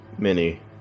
Mini